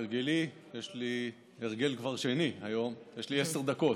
כהרגלי, יש לי כבר הרגל שני היום, יש לי עשר דקות,